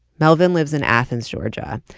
melvin lives in athens, georgia,